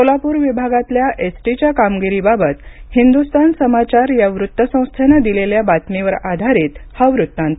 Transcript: सोलापूर विभागातल्या S T च्या कामगिरीबाबत हिंद्स्थान समाचार या वृत्त संस्थेनं दिलेल्या बातमीवर आधारित हा वृत्तांत